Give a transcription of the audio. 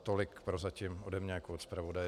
Tolik prozatím ode mě jako od zpravodaje.